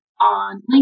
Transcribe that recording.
on